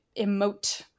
emote